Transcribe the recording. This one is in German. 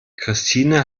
christine